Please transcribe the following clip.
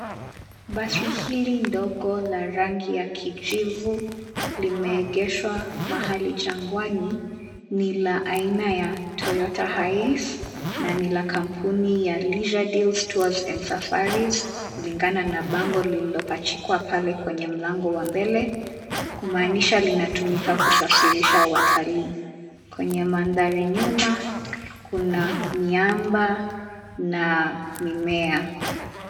Basi hili ndogo la rangi ya kijivu limeegeshwa mahali jangwani ni la aina ya Toyota HiAce na ni la Kampuni ya Leisure Deal Tours and Safaris kulingana na bango lililopachikwa pale kwenye mlango wa mbele kumaanisha linatumika kusafirisha watalii. Kwenye mandhari nyuma kuna miamba na mimea.